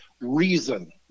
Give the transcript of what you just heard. reason